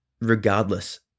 regardless